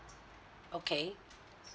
okay